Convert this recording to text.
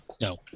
No